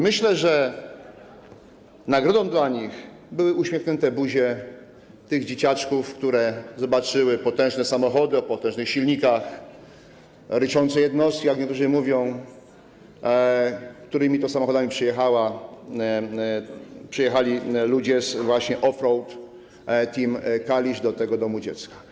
Myślę, że nagrodą dla nich były uśmiechnięte buzie tych dzieciaczków, które zobaczyły potężne samochody, o potężnych silnikach, ryczące jednostki, jak niektórzy mówią, którymi to samochodami przyjechali ludzie z OFF ROAD Team Kalisz do tego domu dziecka.